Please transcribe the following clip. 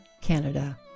Canada